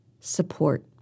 support